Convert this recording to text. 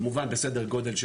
כמובן בסדר גודל,